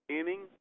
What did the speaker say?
inning